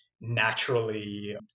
naturally